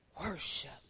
worship